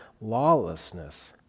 lawlessness